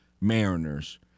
Mariners